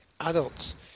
Adults